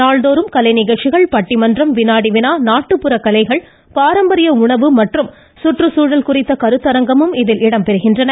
நாள்தோறும் கலைநிகழ்ச்சிகள் பட்டிமன்றம் வினாடி வினா நாட்டுப்புற கலைகள் பாரம்பரிய உணவு மற்றும் குற்றுச்சூழல் குறித்த கருத்தரங்கமும் இதில் இடம்பெறுகின்றன